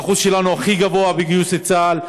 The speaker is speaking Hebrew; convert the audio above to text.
האחוז שלנו הכי גבוה בגיוס לצה"ל.